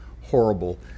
horrible